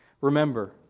Remember